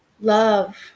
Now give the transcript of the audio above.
love